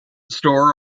store